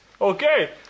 Okay